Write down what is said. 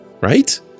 right